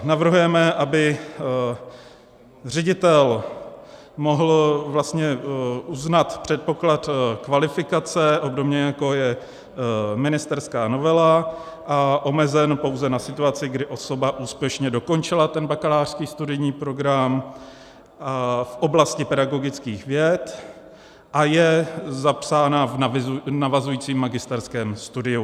Navrhujeme, aby ředitel mohl uznat předpoklad kvalifikace, obdobně jako je ministerská novela, a omezen pouze na situaci, kdy osoba úspěšně dokončila ten bakalářský studijní program v oblasti pedagogických věd a je zapsána v navazujícím magisterském studiu.